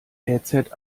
headset